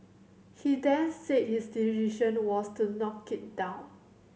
he then said his decision was to knock it down